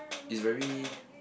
is very